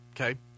Okay